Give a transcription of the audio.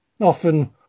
Often